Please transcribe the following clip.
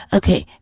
okay